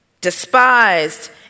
despised